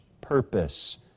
purpose